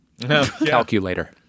Calculator